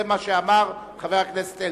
זה מה שאמר חבר הכנסת אלקין.